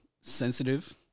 sensitive